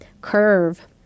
Curve